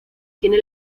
tiene